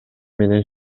менен